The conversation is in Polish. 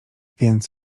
więc